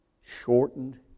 shortened